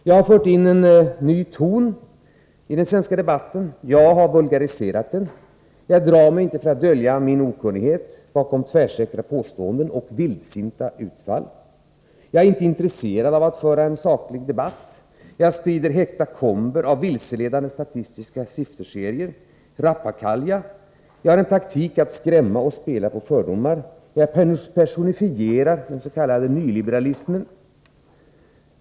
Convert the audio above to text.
Jag har fört in en ny ton i den svenska debatten, jag har vulgariserat den, och jag drar mig inte för att dölja min okunnighet bakom tvärsäkra påståenden och vildsinta utfall. Jag är inte intresserad av att föra en saklig debatt. Jag sprider hekatomber av vilseledande statistiska sifferserier — och rappakalja. Jag har en taktik att skrämma och spela på fördomar. Jag personifierar den s.k. nyliberalismen.